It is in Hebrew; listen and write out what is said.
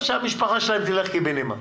אז שהמשפחה שלהם תלך קיבינימט.